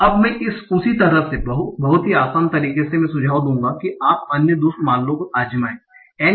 अब मैं उसी तरह से बहुत ही समान तरीके से मैं सुझाव दूंगा कि आप अन्य दो मामलों को आज़माएं N